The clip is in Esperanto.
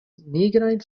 nigrajn